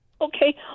Okay